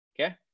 okay